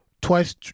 twice